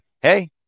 Hey